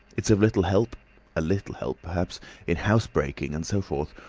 it's of little help a little help perhaps in housebreaking and so forth.